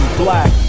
black